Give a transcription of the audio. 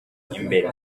imbere